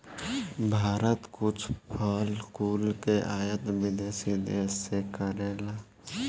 भारत कुछ फल कुल के आयत विदेशी देस से करेला